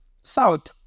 south